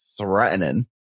threatening